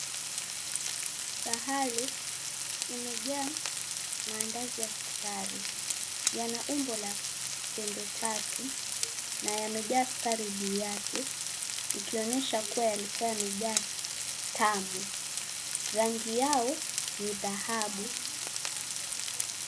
Sahani imejaa maandazi ya sukari yana umbo la pembe tatu na yamejaa sukari, juu yake ikionyesha kuwa yalikuwa yamejaa tamu. Rangi yao ni dhahabu.